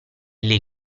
lei